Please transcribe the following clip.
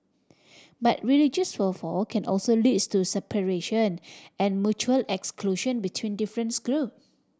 but religious fervour can also leads to separation and mutual exclusion between difference group